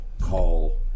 Call